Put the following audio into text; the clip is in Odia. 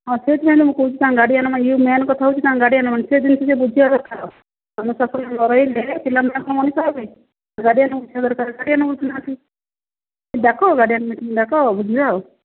ହଁ ସେଇଥିପାଇଁ ତ ମୁଁ କହୁଛି ତାଙ୍କ ଗାର୍ଡ଼ିଆନ୍ ଇଏ ମେନ୍ କଥା ହେଉଛି ତାଙ୍କ ଗାର୍ଡ଼ିଆନ୍ ମାନେ ସେ ଜିନିଷ ସିଏ ବୁଝିବା ଦରକାର ଆଉ ଆମ ସଫଳ ନ ରହିଲେ ପିଲାମାନେ କ'ଣ ମଣିଷ ହେବେକି ଗାର୍ଡ଼ିଆନ୍ ବୁଝିବା ଦରକାର ଗାର୍ଡ଼ିଆନ୍ ବୁଝୁନାହାଁନ୍ତି ଡାକ ଗାଡ଼ିଆନ୍ଙ୍କୁ ଡାକ ବୁଝିବା ଆଉ